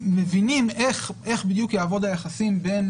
מבינים איך בדיוק יעבדו היחסים בין